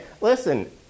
Listen